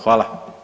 Hvala.